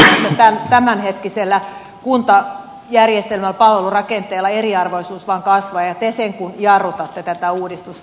tiedämme että tämänhetkisellä kuntajärjestelmällä palvelurakenteella eriarvoisuus vaan kasvaa ja te sen kuin jarrutatte tätä uudistusta